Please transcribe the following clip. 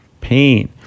pain